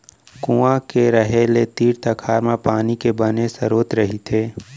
कुँआ के रहें ले तीर तखार म पानी के बने सरोत रहिथे